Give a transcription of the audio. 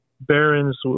barons